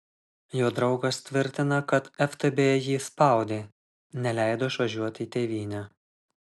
jo draugas tvirtina kad ftb jį spaudė neleido išvažiuoti į tėvynę